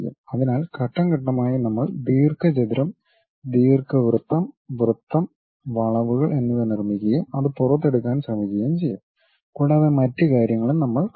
അതിനാൽ ഘട്ടം ഘട്ടമായി നമ്മൾ ദീർഘചതുരം ദീർഘവൃത്തം വൃത്തം വളവുകൾ എന്നിവ നിർമ്മിക്കുകയും അത് പുറത്തെടുക്കാൻ ശ്രമിക്കുകയും ചെയ്യും കൂടാതെ മറ്റ് കാര്യങ്ങളും നമ്മൾ കാണും